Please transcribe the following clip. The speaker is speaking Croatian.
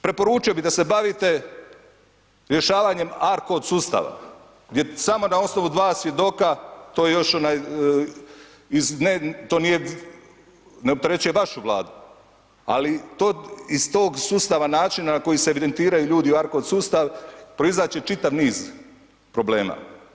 Preporučio bih da se bavite rješavanjem ARKOD sustava gdje samo na osnovu dva svjedoka, to još ovaj iz, ne to nije ne opterećuje vašu vladu, ali to iz tog sustava načina na koji se evidentiraju ljudi u ARKOD sustav proizaći će čitav niz problema.